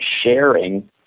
sharing